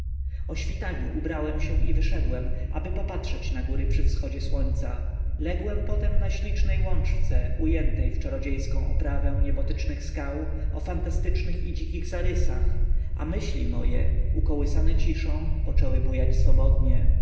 o świtaniu ubrałem się i wyszedłem aby popatrzeć na góry przy wschodzie słońca ległem potem na ślicznej łączce ujętej w czarodziejską oprawę niebotycznych skał o fantastycznych i dzikich zarysach a myśli moje ukołysane ciszą poczęły bujać swobodnie